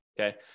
okay